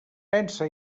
pensa